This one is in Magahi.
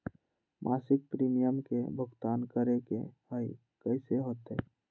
मासिक प्रीमियम के भुगतान करे के हई कैसे होतई?